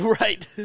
Right